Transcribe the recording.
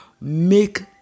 make